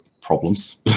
problems